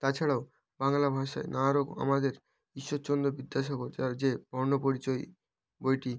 তাছাড়াও বাংলা ভাষায় নানা রকম আমাদের ঈশ্বরচন্দ্র বিদ্যাসাগর যার যে বর্ণপরিচয় বইটি